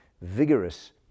vigorous